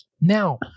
Now